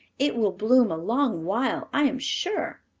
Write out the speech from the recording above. it will bloom a long while, i am sure.